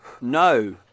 No